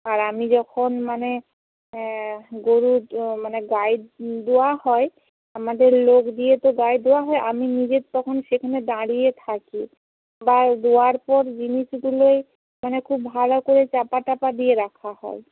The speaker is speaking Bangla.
আর আমি যখন মানে গরু মানে গাই দোয়া হয় আমাদের লোক দিয়ে তো গাই দোয়া হয় আমি নিজে তখন সেখানে দাঁড়িয়ে থাকি বা দোয়ার পর জিনিসগুলোয় মানে খুব ভালো করে চাপা টাপা দিয়ে রাখা হয়